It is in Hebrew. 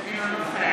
תודה.